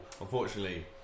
Unfortunately